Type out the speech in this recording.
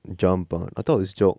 jump ah I thought is jog